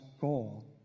goal